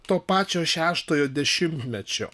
to pačio šeštojo dešimtmečio